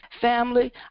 Family